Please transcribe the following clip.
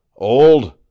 Old